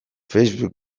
facebook